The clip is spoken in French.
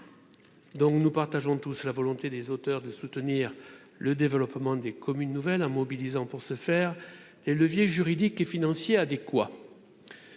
donc, nous partageons tous la volonté des auteurs de soutenir le développement des communes nouvelles hein, mobilisant pour ce faire et leviers juridiques et financiers adéquats,